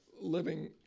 living